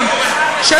חשוב,